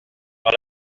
dans